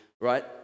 Right